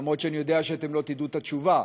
אף שאני יודע שאתם לא תדעו את התשובה: